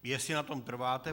Jestli na tom trváte.